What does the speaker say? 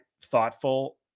thoughtful